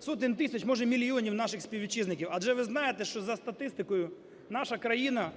сотень тисяч, може мільйонів наших співвітчизників. Адже ви знаєте, що за статистикою наша країна